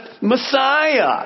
Messiah